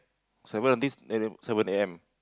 seven on this seven A_M